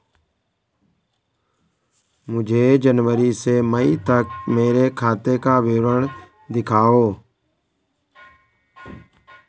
मुझे जनवरी से मई तक मेरे खाते का विवरण दिखाओ?